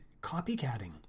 copycatting